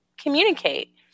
communicate